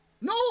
No